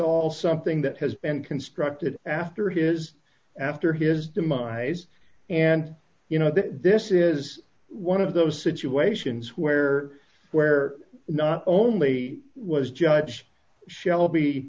all something that has been constructed after his after his demise and you know that this is one of those situations where where not only was judge